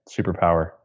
superpower